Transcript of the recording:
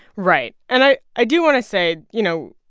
right. and i i do want to say, you know,